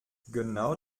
genau